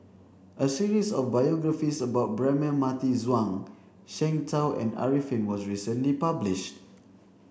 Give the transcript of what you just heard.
a series of biographies about Braema Mathi Zhuang Shengtao and Arifin was recently published